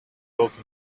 built